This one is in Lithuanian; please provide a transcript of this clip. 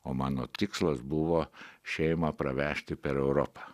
o mano tikslas buvo šeimą pravežti per europą